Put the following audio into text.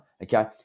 okay